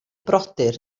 brodyr